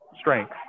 strength